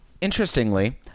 Interestingly